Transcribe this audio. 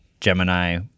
gemini